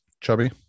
Chubby